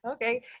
Okay